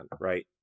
right